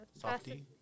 Softy